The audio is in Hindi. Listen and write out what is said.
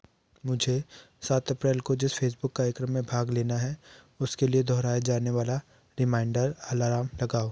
मुझे सात अप्रैल को जिस फेसबुक कार्यक्रम में भाग लेना है उसके लिए दोहराए जाने वाला रिमाइंडर अलारम लगाओ